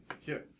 Sure